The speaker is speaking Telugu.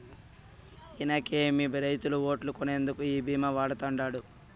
ఇనకేమి, రైతుల ఓట్లు కొనేందుకు ఈ భీమా వాడతండాడు